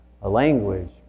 language